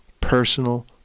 personal